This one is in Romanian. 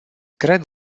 cred